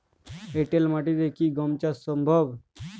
এঁটেল মাটিতে কি গম চাষ সম্ভব?